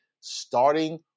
starting